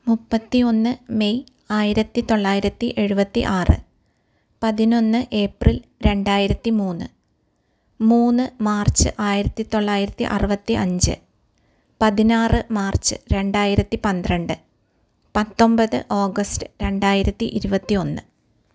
മുപ്പത്തി ഒന്ന് മെയ് ആയിരത്തി തൊള്ളായിരത്തി എഴുപത്തി ആറ് പതിനൊന്ന് ഏപ്രിൽ രണ്ടായിരത്തി മൂന്ന് മൂന്ന് മാർച്ച് ആയിരത്തി തൊള്ളായിരത്തി അറുപത്തി അഞ്ച് പതിനാറ് മാർച്ച് രണ്ടായിരത്തി പന്ത്രണ്ട് പത്തൊമ്പത് ഓഗസ്റ്റ് രണ്ടായിരത്തി ഇരുപത്തി ഒന്ന്